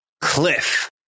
cliff